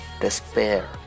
despair